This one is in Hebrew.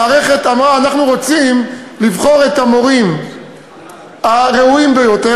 המערכת אמרה: אנחנו רוצים לבחור את המורים הראויים ביותר,